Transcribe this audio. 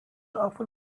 often